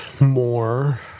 more